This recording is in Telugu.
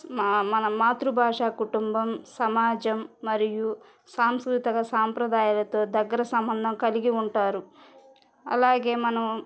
మా మన మాతృభాష కుటుంబం సమాజం మరియు సాంస్కృతక సాంప్రదాయాలతో దగ్గర సంబంధం కలిగి ఉంటారు అలాగే మనం